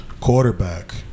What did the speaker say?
Quarterback